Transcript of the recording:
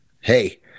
Hey